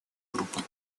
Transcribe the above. группы